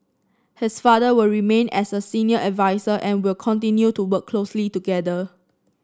his father will remain as a senior adviser and will continue to work closely together